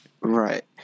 Right